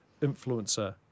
influencer